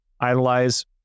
idolize